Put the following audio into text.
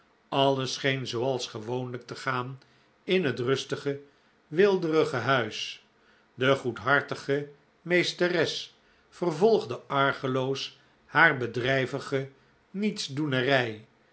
alles scheen zooals gewoonlijk te gaan in het rustige weelderige huis de goedhartige meesteres vervolgde argeloos haar bedrijvige nietsdoenerij